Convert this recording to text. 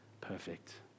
perfect